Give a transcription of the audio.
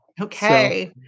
Okay